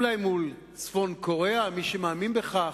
אולי מול צפון-קוריאה, מי שמאמין בכך,